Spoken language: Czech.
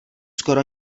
skoro